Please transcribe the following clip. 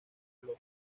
lópez